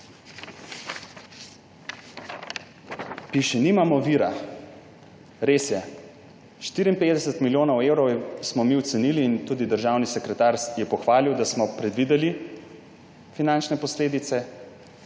Piše: »Nimamo vira.« Res je. 54 milijonov evrov smo mi ocenili in tudi državni sekretar je pohvalil, da smo predvideli finančne posledice.